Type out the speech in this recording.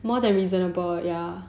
more than reasonable ya